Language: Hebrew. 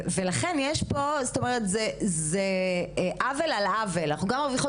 לכן זה עוול על עוול אנחנו גם מרוויחות